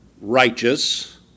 righteous